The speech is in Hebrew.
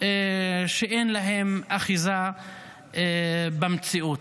שאין להן אחיזה במציאות.